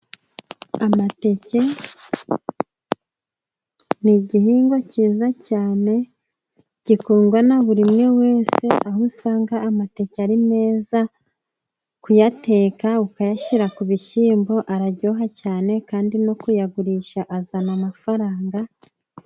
Amateke ni igihingwa cyiza cyane gikundwa na buri umwe wese, aho usanga amateke ari meza kuyateka ukayashyira ku bishyimbo araryoha cyane, kandi no kuyagurisha azana amafaranga.